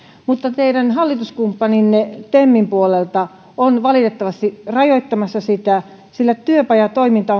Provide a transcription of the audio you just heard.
mutta teidän hallituskumppaninne temin puolelta on valitettavasti rajoittamassa sitä sillä työpajatoiminta